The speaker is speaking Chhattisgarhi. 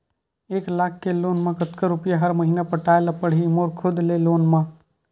एक लाख के लोन मा कतका रुपिया हर महीना पटाय ला पढ़ही मोर खुद ले लोन मा?